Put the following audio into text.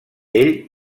ell